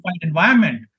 environment